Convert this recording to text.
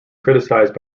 criticized